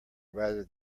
rather